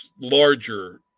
larger